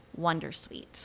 Wondersuite